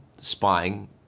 spying